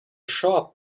shop